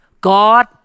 God